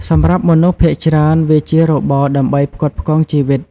សម្រាប់មនុស្សភាគច្រើន វាជារបរដើម្បីផ្គត់ផ្គង់ជីវិត។